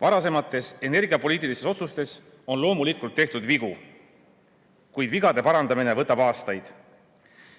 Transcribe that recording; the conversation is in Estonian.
Varasemates energiapoliitilistes otsustes on loomulikult tehtud vigu. Kuid vigade parandamine võtab aastaid.